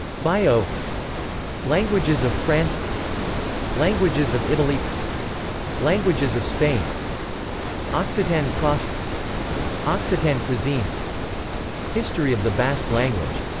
baio languages of france languages of italy languages of spain occitan cross occitan cuisine history of the basque language